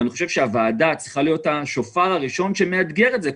אני חושב שהוועדה צריכה להיות השופר הראשון שמאתגר את זה,